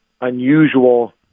unusual